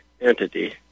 entity